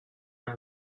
amb